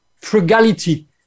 frugality